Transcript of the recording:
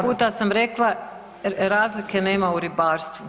Sto puta sam rekla razlike nema u ribarstvu.